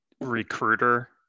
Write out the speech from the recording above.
recruiter